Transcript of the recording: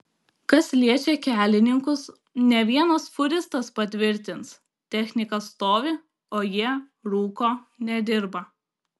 kas liečia kelininkus ne vienas fūristas patvirtins technika stovi o jie rūko nedirba